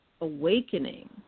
awakening